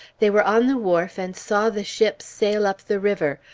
they were on the wharf, and saw the ships sail up the river,